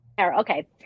Okay